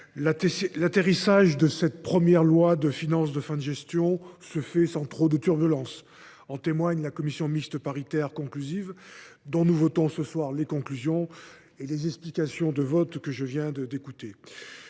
l’atterrissage de ce premier projet de loi de finances de fin de gestion se fait sans trop de turbulences. En témoignent la commission mixte paritaire conclusive, dont nous votons ce soir les conclusions, et les explications de vote que je viens d’écouter.